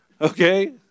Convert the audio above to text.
Okay